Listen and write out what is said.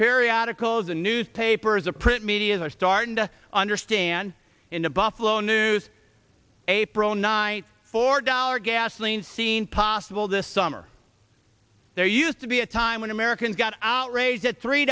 periodicals the newspapers a print media are starting to understand in a buffalo news april night four dollar gasoline scene possible this summer there used to be a time when americans got outraged at three